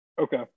Okay